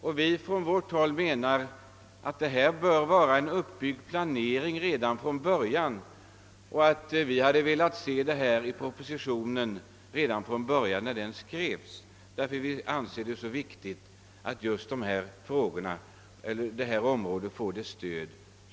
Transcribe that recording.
Men vi å vår sida menar att här bör det finnas en uppbyggd planering redan från början. Vi hade alltså velat se dessa dispositioner redan när propositionen skrevs, eftersom vi anser det så viktigt att just detta område får erforderligt stöd.